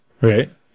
Right